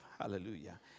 Hallelujah